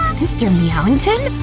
mr. meowington?